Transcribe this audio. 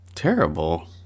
Terrible